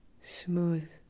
smooth